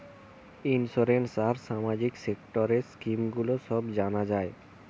insurance আর সামাজিক সেক্টরের স্কিম গুলো সব জানা যায়